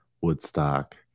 Woodstock